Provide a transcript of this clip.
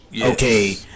okay